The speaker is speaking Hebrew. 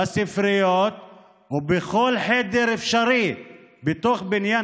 בספריות ובכל חדר אפשרי בתוך בניין